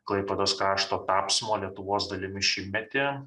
klaipėdos krašto tapsmo lietuvos dalimi šimtmetį